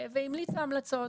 והמליצה המלצות.